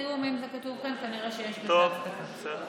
אם זה כתוב כאן כנראה שיש בזה, טוב, בסדר.